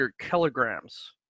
kilograms